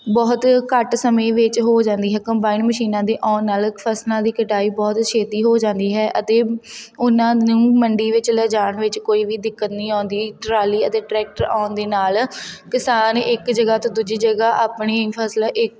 ਬਹੁਤ ਘੱਟ ਸਮੇਂ ਵਿੱਚ ਹੋ ਜਾਂਦੀ ਹੈ ਕੰਬਾਈਨ ਮਸ਼ੀਨਾਂ ਦੇ ਆਉਣ ਨਾਲ ਫਸਲਾਂ ਦੀ ਕਟਾਈ ਬਹੁਤ ਛੇਤੀ ਹੋ ਜਾਂਦੀ ਹੈ ਅਤੇ ਉਹਨਾਂ ਨੂੰ ਮੰਡੀ ਵਿੱਚ ਲੈ ਜਾਣ ਵਿੱਚ ਕੋਈ ਵੀ ਦਿੱਕਤ ਨਹੀਂ ਆਉਂਦੀ ਟਰਾਲੀ ਅਤੇ ਟਰੈਕਟਰ ਆਉਣ ਦੇ ਨਾਲ ਕਿਸਾਨ ਇੱਕ ਜਗ੍ਹਾ ਤੋਂ ਦੂਜੀ ਜਗ੍ਹਾ ਆਪਣੀ ਫਸਲ ਇ